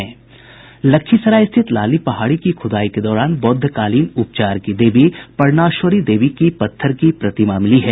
लखीसराय स्थित लाली पहाड़ी की खुदाई के दौरान बौद्धकालीन उपचार की देवी परनाश्वरी देवी की पत्थर की प्रतिमा मिली है